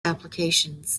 applications